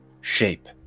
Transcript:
shape